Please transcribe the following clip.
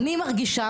מרגישה,